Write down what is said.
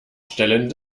stellen